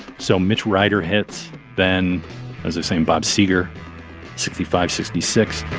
so mitch ryder hits ben as the same bob seeger sixty five sixty six